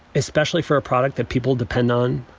especially for a product that people depend on.